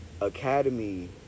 academy